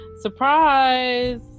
Surprise